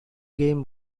game